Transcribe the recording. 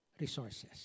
resources